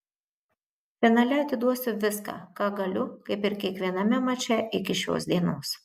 finale atiduosiu viską ką galiu kaip ir kiekviename mače iki šios dienos